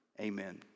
Amen